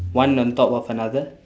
one on top of another